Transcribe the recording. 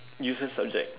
useless subject